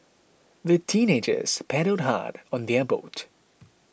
the teenagers paddled hard on their boat